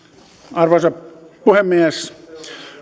arvoisa puhemies